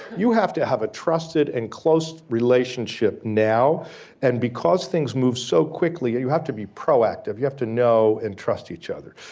you have to have a trusted and close relationship now and because things move so quickly, you have to be proactive. you have to know and trust each other.